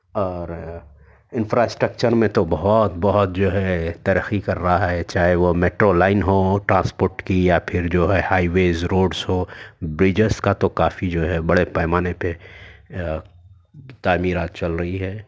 اور انفرااسٹرکچر میں تو بہت بہت جو ہے ترقی کر رہا ہے چاہے وہ میٹرو لائن ہو ٹرانسپورٹ کی یا پھر جو ہے ہائویز روڈس ہو بزنس کا تو کافی جو ہے بڑے پیمانے پہ تعمیرات چل رہی ہے